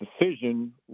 decision